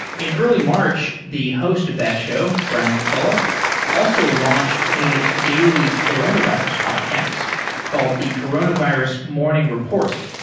in early march, the host of that show, brian mccullough also launched a daily coronavirus podcast called the coronavirus morning report.